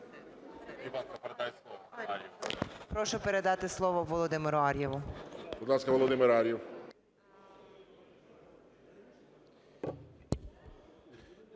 Прошу передати слово Володимиру Ар'єву. ГОЛОВУЮЧИЙ. Будь ласка, Володимир Ар'єв.